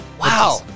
Wow